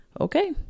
Okay